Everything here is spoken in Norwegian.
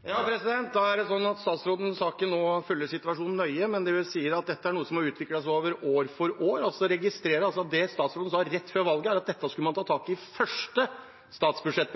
Da er det sånn at statsråden nå følger situasjonen nøye, men det hun sier, er at dette er noe som har utviklet seg år for år. Jeg registrerer altså at det statsråden sa rett før valget, var at dette skulle man ta tak i i første statsbudsjett.